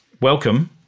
welcome